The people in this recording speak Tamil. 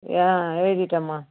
ஆ எழுதிட்டேம்மா